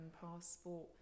passport